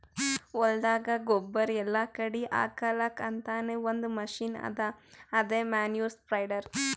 ಹೊಲ್ದಾಗ ಗೊಬ್ಬುರ್ ಎಲ್ಲಾ ಕಡಿ ಹಾಕಲಕ್ಕ್ ಅಂತಾನೆ ಒಂದ್ ಮಷಿನ್ ಅದಾ ಅದೇ ಮ್ಯಾನ್ಯೂರ್ ಸ್ಪ್ರೆಡರ್